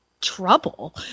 trouble